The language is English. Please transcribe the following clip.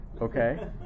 okay